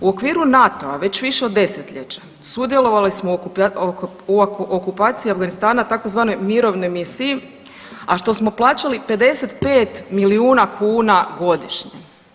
U okviru NATO-a već više od desetljeća sudjelovali smo u okupaciji Afganistana u tzv. mirovnoj misiji, a što smo plaćali 55 milijuna kuna godišnje.